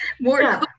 more